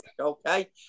okay